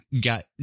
got